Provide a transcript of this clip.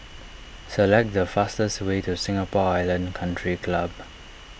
select the fastest way to Singapore Island Country Club